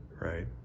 right